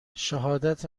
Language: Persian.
شهادت